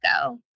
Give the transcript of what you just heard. go